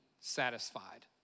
satisfied